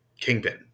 kingpin